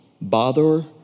bother